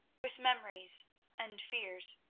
with memories and fears.